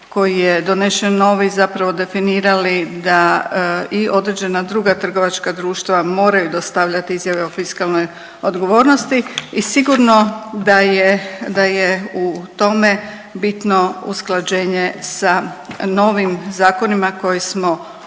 koji je donesen novi zapravo definirali da i određena druga trgovačka društva moraju dostavljati izjave o fiskalnoj odgovornosti i sigurno da je u tome bitno usklađenje sa novim zakonima koje smo onda